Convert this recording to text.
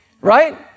right